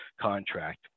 contract